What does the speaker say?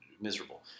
miserable